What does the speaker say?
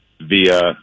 via